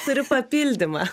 turiu papildymą